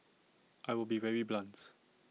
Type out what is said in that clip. I will be very blunt